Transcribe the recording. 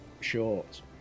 short